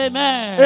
Amen